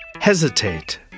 Hesitate